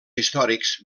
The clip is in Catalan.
històrics